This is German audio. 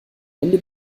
ende